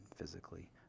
physically